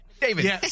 David